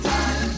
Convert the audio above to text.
Time